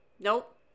Nope